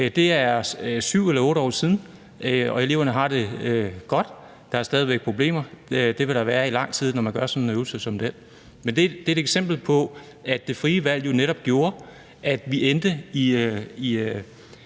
Det er 7 eller 8 år siden, og eleverne har det godt. Der er stadig væk problemer. Det vil der være i lang tid, når man laver sådan en øvelse som den. Men det er et eksempel på, at det frie valg jo netop gjorde, at vi endte i